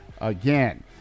Again